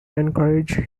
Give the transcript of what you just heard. encouraged